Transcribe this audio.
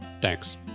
Thanks